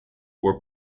were